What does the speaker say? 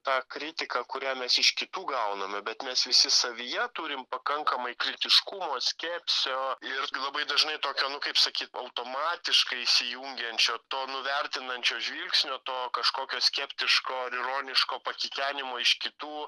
tą kritiką kurią mes iš kitų gauname bet mes visi savyje turim pakankamai kritiškumo skepsio ir labai dažnai tokio nu kaip sakyt automatiškai įsijungiančio to nuvertinančio žvilgsnio to kažkokio skeptiško ironiško pakikenimo iš kitų